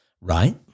right